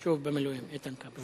שוב במילואים איתן כבל.